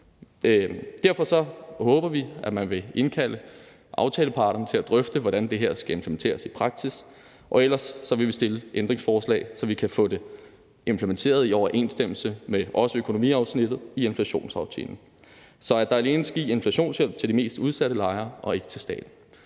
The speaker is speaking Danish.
Derfor håber vi, at man vil indkalde aftaleparterne til at drøfte, hvordan det her skal implementeres i praksis, og ellers vil vi stille ændringsforslag, så vi kan få det implementeret i overensstemmelse også med økonomiafsnittet i inflationsaftalen, så der alene gives inflationshjælp til de mest udsatte lejere og ikke til staten.